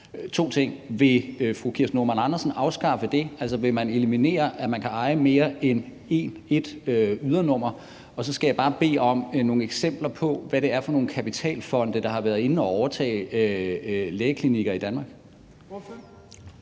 to ting: Vil fru Kirsten Normann Andersen afskaffe det, altså, vil man eliminere, at man kan eje mere end et ydernummer? Og så skal jeg bare bede om nogle eksempler på, hvad det er for nogle kapitalfonde, der har været inde og overtage lægeklinikker i Danmark?